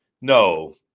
No